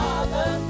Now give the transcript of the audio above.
Father